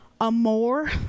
amore